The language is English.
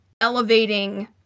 elevating